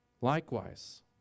Likewise